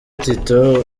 tito